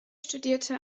studierte